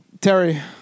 Terry